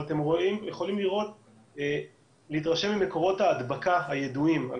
אבל אתם יכולים להתרשם ממקורות ההדבקה הידועים על